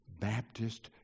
Baptist